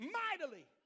mightily